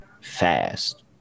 fast